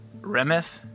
Remeth